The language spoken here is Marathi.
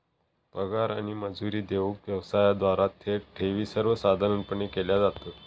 पगार आणि मजुरी देऊक व्यवसायांद्वारा थेट ठेवी सर्वसाधारणपणे केल्या जातत